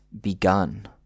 begun